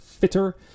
fitter